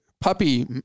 puppy